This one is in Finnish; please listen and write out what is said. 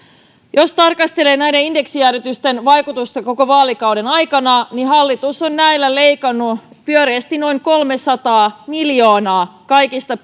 jos tarkastelee näiden indeksijäädytysten vaikutusta koko vaalikauden aikana niin hallitus on näillä leikannut pyöreästi noin kolmesataa miljoonaa kaikista